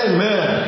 Amen